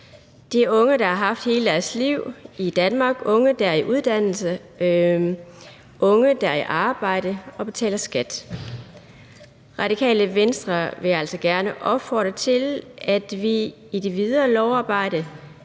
er unge, der har haft hele deres liv i Danmark, unge, der er i uddannelse, unge, der er i arbejde og betaler skat. Radikale Venstre vil altså gerne opfordre til, at vi i det videre lovarbejde